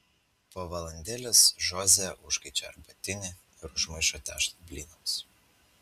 po valandėlės žoze užkaičia arbatinį ir užmaišo tešlą blynams